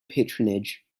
patronage